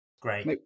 Great